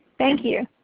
thank you.